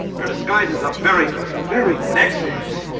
your disguises are very good. very good. excellent!